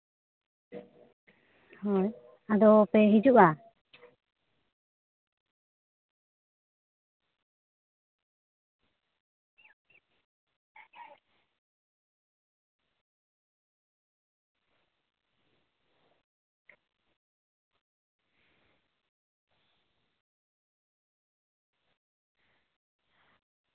ᱦᱳᱭ ᱟᱫᱚ ᱯᱮ ᱦᱤᱡᱩᱜᱼᱟ